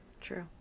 True